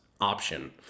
option